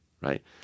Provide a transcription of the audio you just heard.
right